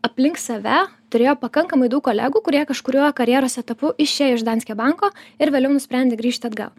aplink save turėjo pakankamai daug kolegų kurie kažkuriuo karjeros etapu išėjo iš danske banko ir vėliau nusprendė grįžti atgal